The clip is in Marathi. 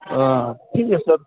हां ठीक आहे सर